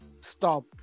Stop